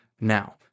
now